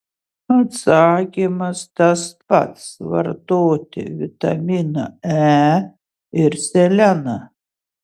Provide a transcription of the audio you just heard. atsakymas tas pats vartoti vitaminą e ir seleną